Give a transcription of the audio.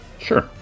Sure